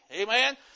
Amen